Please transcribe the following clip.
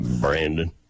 Brandon